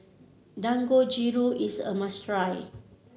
dangojiru is a must try